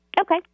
Okay